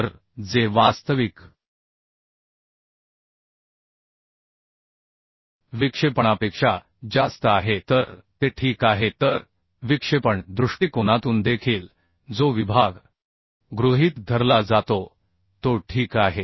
तर जे वास्तविक विक्षेपणापेक्षा जास्त आहे तर ते ठीक आहे तर विक्षेपण दृष्टिकोनातून देखील जो विभागगृहित धरला जातो ठीक आहे